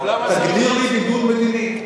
תגדיר לי בידוד מדיני.